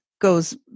goes